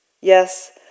Yes